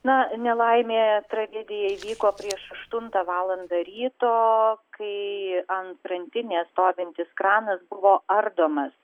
na nelaimė tragedija įvyko prieš aštuntą valandą ryto kai ant krantinės stovintis kranas buvo ardomas